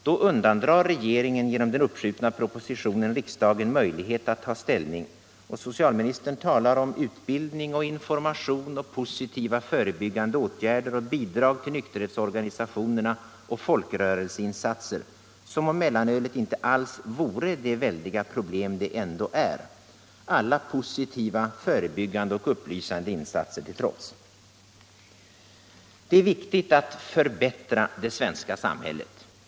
Då undandrar regeringen genom den uppskjutna propositionen riksdagen möjlighet att ta ställning, och socialministern talar om utbildning och information och positiva förebyggande åtgärder och bidrag till nykterhetsorganisationerna och folkrörelseinsatser som om mellanölet inte alls vore det väldiga problem det ändå är — alla positiva förebyggande och upplysande insatser till trots. Det är viktigt att förbättra det svenska samhället.